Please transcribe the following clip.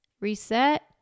reset